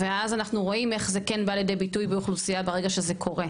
ואז אנחנו רואים איך זה כן בא לידי ביטוי באוכלוסייה ברגע שזה קורה.